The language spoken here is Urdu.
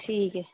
ٹھیک ہے